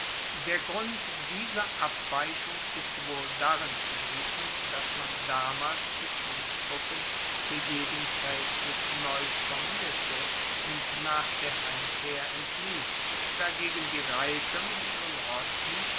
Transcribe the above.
der grund dieser abweichung ist wohl darin zu suchen dass man damals die fusstruppen fuer jeden feldzug neu formierte und nach der heimkehr entliess dagegen die reiter mit ihren rossen